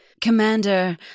Commander